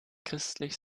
christlich